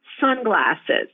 sunglasses